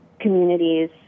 communities